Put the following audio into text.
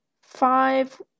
five